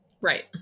Right